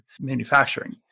manufacturing